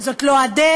זאת לא הדרך,